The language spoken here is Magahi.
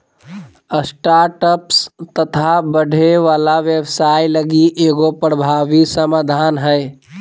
स्टार्टअप्स तथा बढ़े वाला व्यवसाय लगी एगो प्रभावी समाधान हइ